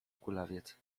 kulawiec